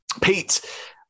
Pete